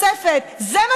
זה מה